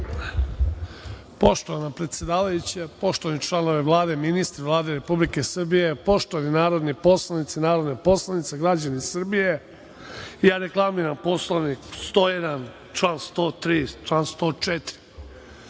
Poštovana predsedavajuća, poštovani članovi Vlade, ministri Vlade Republike Srbije, poštovani narodni poslanici, narodne poslanici, građani Srbije, ja reklamiram Poslovnik, član 101, član 103,